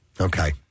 Okay